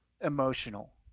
emotional